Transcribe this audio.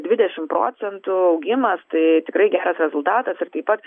dvidešimt procentų augimas tai tikrai geras rezultatas ir taip pat